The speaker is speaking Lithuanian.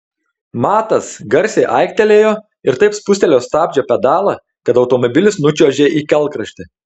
matas garsiai aiktelėjo ir taip spustelėjo stabdžio pedalą kad automobilis nučiuožė į kelkraštį